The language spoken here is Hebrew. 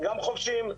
גם חובשים,